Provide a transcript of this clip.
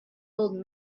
old